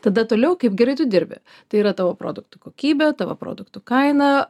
tada toliau kaip gerai tu dirbi tai yra tavo produktų kokybė tavo produktų kaina